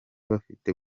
bafite